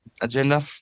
agenda